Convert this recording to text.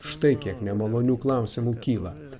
štai kiek nemalonių klausimų kyla